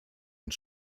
und